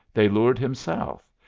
they lured him south,